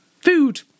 food